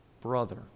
brother